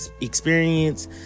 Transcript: experience